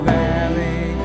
valley